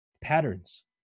patterns